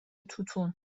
توتون